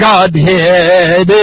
Godhead